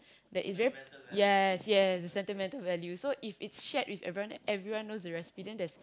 that is very yes yes sentimental values so if it's shared with everyone everyone knows the recipe then there's